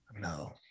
No